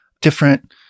different